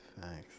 Thanks